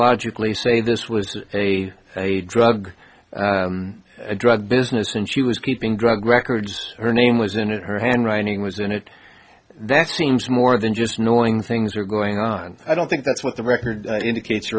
logically say this was a drug a drug business and she was keeping drug records her name was in it her handwriting was in it that seems more than just knowing things were going on i don't think that's what the record indicates